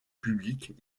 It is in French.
publiques